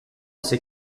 ses